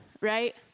right